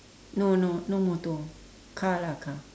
no no no motor car lah car